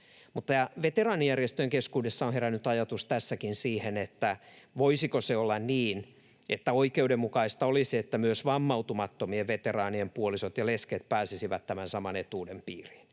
Mutta veteraanijärjestöjen keskuudessa on tässäkin herännyt ajatus, voisiko se olla niin, että oikeudenmukaista olisi, että myös vammautumattomien veteraanien puolisot ja lesket pääsisivät tämän saman etuuden piiriin.